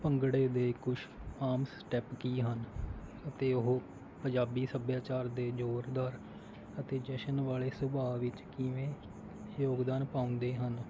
ਭੰਗੜੇ ਦੇ ਕੁਛ ਆਮ ਸਟੈਪ ਕੀ ਹਨ ਅਤੇ ਉਹ ਪੰਜਾਬੀ ਸੱਭਿਆਚਾਰ ਦੇ ਜ਼ੋਰਦਾਰ ਅਤੇ ਜਸ਼ਨ ਵਾਲੇ ਸੁਭਾਅ ਵਿੱਚ ਕਿਵੇਂ ਯੋਗਦਾਨ ਪਾਉਂਦੇ ਹਨ